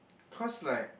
cause like